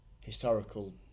historical